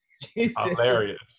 Hilarious